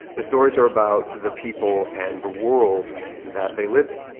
the stories are about the people and the world that they live in.